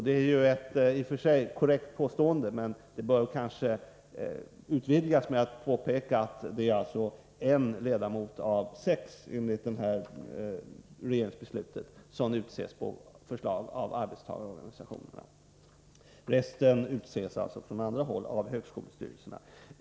Det är ett i och för sig korrekt påstående, men bör kanske utvidgas med påpekandet att det; enligt regeringsbeslutet, endast är en ledamot av sex som utses på förslag av arbetstagarorganisationerna. Resten utses av högskolestyrelserna efter förslag från andra håll.